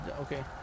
okay